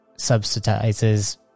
subsidizes